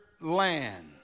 land